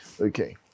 Okay